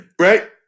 Right